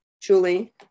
Julie